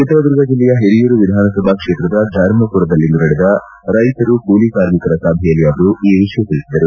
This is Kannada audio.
ಚಿತ್ರದುರ್ಗ ಬೆಲ್ಲೆಯ ಹಿರಿಯೂರು ವಿಧಾನಸಭಾ ಕ್ಷೇತ್ರದ ಧರ್ಮಪುರದಲ್ಲಿಂದು ನಡೆದ ರೈತರು ಕೂಲಿಕಾರ್ಮಿಕರ ಸಭೆಯಲ್ಲಿ ಅವರು ಈ ವಿಷಯ ತಿಳಿಸಿದರು